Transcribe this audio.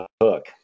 hook